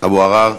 אבו עראר.